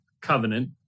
covenant